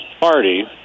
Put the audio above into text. Party